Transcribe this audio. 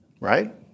Right